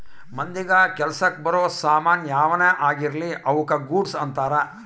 ಮಂದಿಗ ಕೆಲಸಕ್ ಬರೋ ಸಾಮನ್ ಯಾವನ ಆಗಿರ್ಲಿ ಅವುಕ ಗೂಡ್ಸ್ ಅಂತಾರ